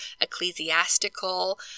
ecclesiastical